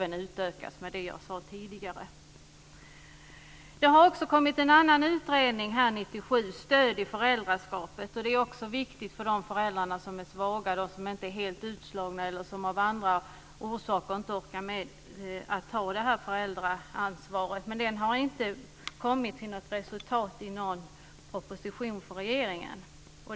Den borde även utökas med det jag talade om tidigare. Det har också kommit en annan utredning - Stöd i föräldraskapet från 1997. Det är också viktigt för de föräldrar som är svaga, som inte är helt utslagna eller som av andra orsaker inte orkar med att ta föräldraansvaret. Men den har inte givit något resultat i någon proposition från regeringen.